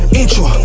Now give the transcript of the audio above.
intro